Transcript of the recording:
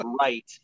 right